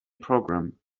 program